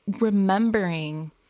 remembering